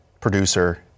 producer